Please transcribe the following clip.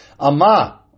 Ama